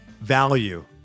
value